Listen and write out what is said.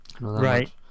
Right